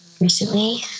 Recently